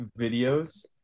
videos